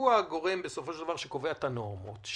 שהוא הגורם שקובע את הנורמות בסופו של דבר,